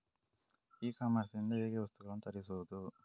E commerce ಇಂದ ಹೇಗೆ ವಸ್ತುಗಳನ್ನು ತರಿಸುವುದು?